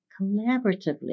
collaboratively